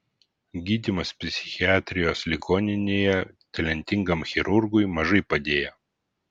gydymas psichiatrijos ligoninėje talentingam chirurgui mažai padėjo